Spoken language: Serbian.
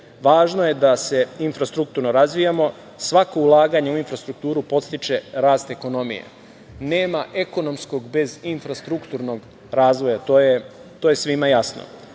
Važno je da se infrastrukturno razvijamo. Svako ulaganje u infrastrukturu podstiče rast ekonomije. Nema ekonomskog bez infrastrukturnog razvoja. To je svima jasno. Srbija